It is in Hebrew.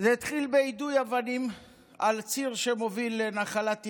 זה התחיל ביידוי אבנים על הציר שמוביל לנחלת אימהות,